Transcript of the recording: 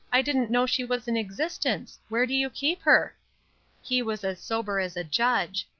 i didn't know she was in existence. where do you keep her he was as sober as a judge.